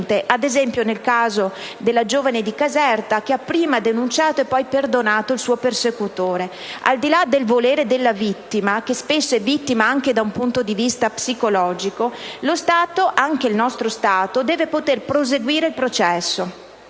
ad esempio nel caso della giovane di Caserta, che ha prima denunciato e poi perdonato il suo persecutore. Al di là del volere della vittima (che spesso è vittima anche da un punto di vista psicologico), lo Stato, anche il nostro, deve poter proseguire il processo.